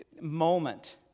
moment